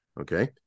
okay